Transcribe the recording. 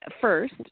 first